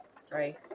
Sorry